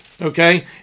Okay